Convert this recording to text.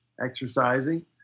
exercising